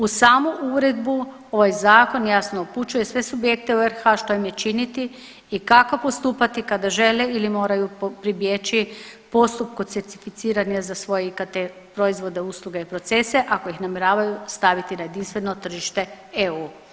Uz samu Uredbu ovaj Zakon jasno upućuje sve subjekte u RH što im je činiti i kako postupati kada žele ili moraju pribjeći postupku certificiranja za svoje ... proizvode, usluge i procese, ako ih namjeravaju staviti na jedinstveno tržište EU.